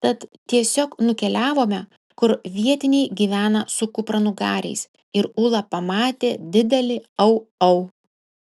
tad tiesiog nukeliavome kur vietiniai gyvena su kupranugariais ir ūla pamatė didelį au au